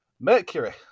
Mercury